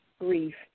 grief